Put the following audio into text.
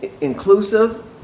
inclusive